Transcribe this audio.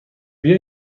بیا